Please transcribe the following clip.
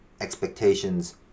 expectations